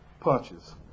punches